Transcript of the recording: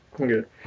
Okay